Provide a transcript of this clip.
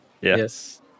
Yes